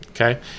okay